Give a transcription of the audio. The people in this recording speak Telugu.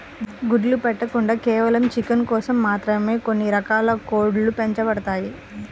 గుడ్లు పెట్టకుండా కేవలం చికెన్ కోసం మాత్రమే కొన్ని రకాల కోడ్లు పెంచబడతాయి